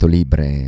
libre